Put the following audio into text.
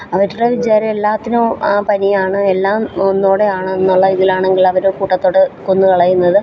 അവരുടെ വിചാരം എല്ലാത്തിനും പനിയാണ് എല്ലാം ഒന്നൂടെയാണെന്നുള്ള ഇതിലാണെങ്കില് അവര് കൂട്ടത്തോടെ കൊന്നുകളയുന്നത്